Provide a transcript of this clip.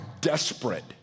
desperate